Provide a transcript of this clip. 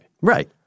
Right